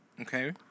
okay